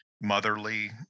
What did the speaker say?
motherly